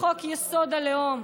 חוק-יסוד: הלאום?